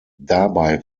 dabei